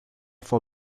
for